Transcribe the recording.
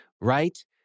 right